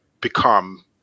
become